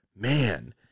man